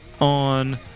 on